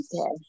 Okay